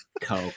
Coke